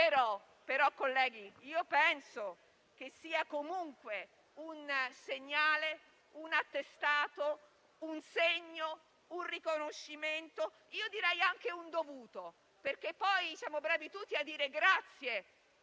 nel mare, penso sia comunque un segnale, un attestato, un segno, un riconoscimento, direi anche dovuto, perché siamo bravi tutti a dire grazie